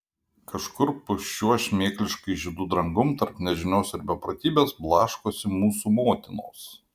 kažkur po šiuo šmėkliškai žydru dangum tarp nežinios ir beprotybės blaškosi mūsų motinos